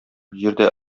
җирдә